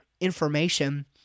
information